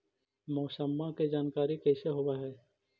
मौसमा के जानकारी कैसे होब है?